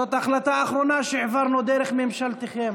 זאת החלטה אחרונה שהעברנו דרך ממשלתכם.